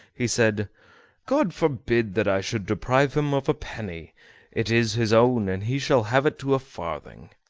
he said god forbid that i should deprive him of a penny it is his own, and he shall have it to a farthing.